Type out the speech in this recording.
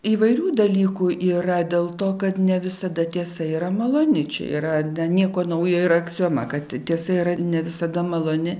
įvairių dalykų yra dėl to kad ne visada tiesa yra maloni čia yra nieko naujo ir aksioma kad tiesa yra ne visada maloni